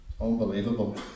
unbelievable